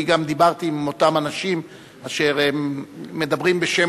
אני גם דיברתי עם אותם אנשים אשר מדברים בשם